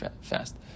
fast